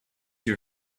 your